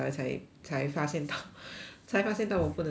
才发现到才发现到我不能出去